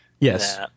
Yes